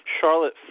Charlotte